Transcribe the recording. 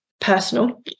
personal